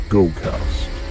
GoCast